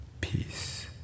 peace